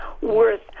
worth